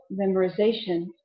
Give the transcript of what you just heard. memorization